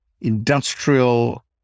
industrial